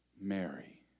Mary